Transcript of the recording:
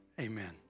amen